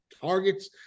targets